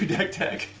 and fifth-tech